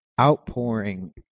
outpouring